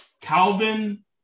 Calvin